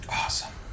Awesome